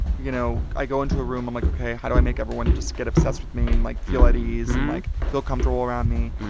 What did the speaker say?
you know, i go into a room. i'm like, ok, how do i make everyone just get obsessed with me and, like, feel at ease and, like, feel comfortable around me?